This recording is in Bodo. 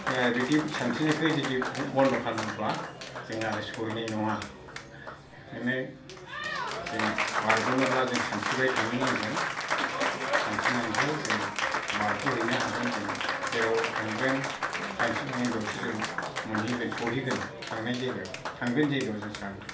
जों आरो बिदि सानस्रिनायखौ जुदि बन्द' खालामोब्ला जों आरो सहैनाय नङा बिदिनो जों बारग'नोब्ला जों सानस्रिबाय थानो नांगोन सानस्रिनानैसो जों बारग'हैनो हागोन जों जेराव थांगोन सानस्रिलांगोन बेयावसो जों मोनहैगोन सहैगोन थांनाय जायगायाव थांगोन जायगायाव जों सहैगोन